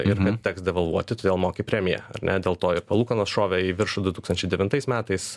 ir kad teks devalvuoti todėl moki premiją ar ne dėl to ir palūkanos šovė į viršų du tūkstančiai devintais metais